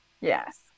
Yes